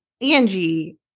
Angie